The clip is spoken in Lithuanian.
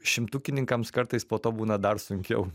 šimtukininkams kartais po to būna dar sunkiau